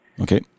Okay